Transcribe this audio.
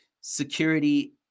security